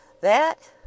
That